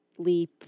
leap